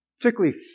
particularly